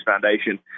Foundation